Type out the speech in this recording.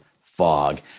fog